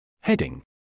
Heading